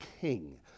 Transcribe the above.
king